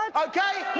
okay?